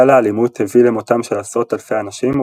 גל האלימות הביא למותם של עשרות אלפי אנשים,